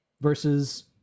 versus